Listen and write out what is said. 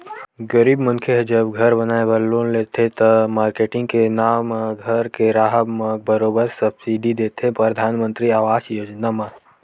गरीब मनखे ह जब घर बनाए बर लोन देथे त, मारकेटिंग के नांव म घर के राहब म बरोबर सब्सिडी देथे परधानमंतरी आवास योजना म